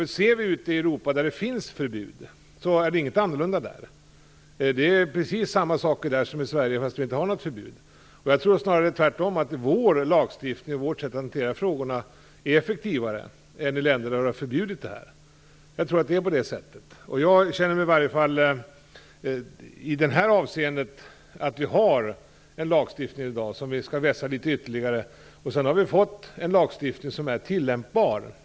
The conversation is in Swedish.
Vi kan se på länder ute i Europa där det finns ett sådant förbud, och det är inte annorlunda där. Det händer precis samma saker där som i Sverige. Jag tror snarare att det är tvärtom, att vårt sätt att hantera frågorna och vår lagstiftning är effektivare än ett förbud. Jag menar att vi skall så att säga vässa den lagstiftning vi har, så att den blir tillämpbar.